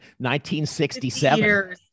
1967